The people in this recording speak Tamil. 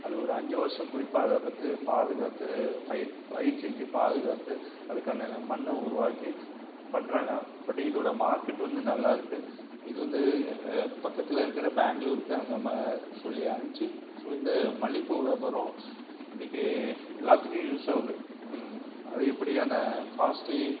அது ஒரு அஞ்சு வருஷம் குறிப்பாக அதைப்பத்தி பாதுகாத்து பயிர் பயிர் செஞ்சு பாதுகாத்து அதுக்கான நல்ல மண்ணை உருவாக்கி பண்றாங்க பட் இதோடய மார்க்கெட் வந்து நல்லா இருக்குது இது வந்து பக்கத்தில் இருக்கிற பெங்களூருக்கு அந்தமாதிரி சொல்லி அனுப்பிச்சி ஸோ இந்த மல்லிப்பூ வியாபாரம் இன்னிக்கி எல்லாத்துக்கும் யூஸ் ஆகுது அதிகப்படியான காஸ்ட்லி